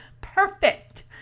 perfect